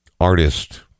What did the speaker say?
artist